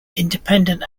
independent